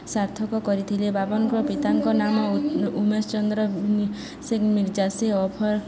ସାର୍ଥକ କରିଥିଲେ ବାବରଙ୍କ ପିତାଙ୍କ ନାମ ଉମେଶ ଚନ୍ଦ୍ର ଶେଖ୍ ମିର୍ଜା ସେ